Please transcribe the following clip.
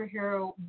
superhero